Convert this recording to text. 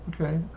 okay